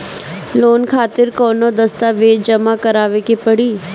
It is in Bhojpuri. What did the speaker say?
लोन खातिर कौनो दस्तावेज जमा करावे के पड़ी?